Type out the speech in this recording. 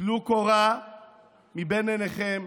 טלו קורה מבין עיניכם.